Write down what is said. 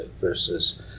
versus